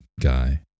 guy